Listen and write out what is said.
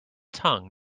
tongue